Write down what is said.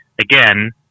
again